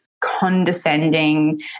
condescending